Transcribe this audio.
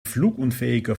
flugunfähiger